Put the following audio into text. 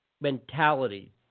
mentality